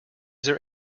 there